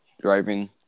driving